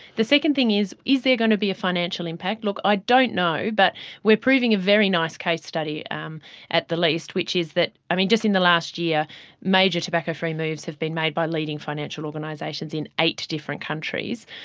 the second thing is, is there going to be a financial impact? look, i don't know, but we are proving a very nice case study um at the least of which is that, i mean, just in the last year major tobacco-free moves have been made by leading financial organisations in eight different countries.